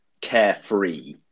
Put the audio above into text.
carefree